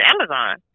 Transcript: Amazon